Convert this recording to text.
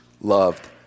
loved